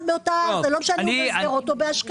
לא משנה אם זה בשדרות או באשקלון.